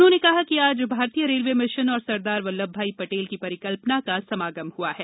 उन्होंने कहा कि आज भारतीय रेलवे मिशन और सरदार वल्लभभाई पटेल की परिकल्पना का समागम हुआ है